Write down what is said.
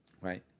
right